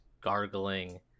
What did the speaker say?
gargling